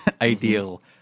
Ideal